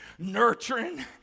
Nurturing